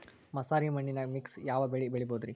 ಮಸಾರಿ ಮಣ್ಣನ್ಯಾಗ ಮಿಕ್ಸ್ ಯಾವ ಬೆಳಿ ಬೆಳಿಬೊದ್ರೇ?